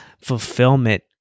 fulfillment